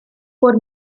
por